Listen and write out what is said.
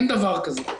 אין דבר כזה.